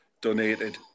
donated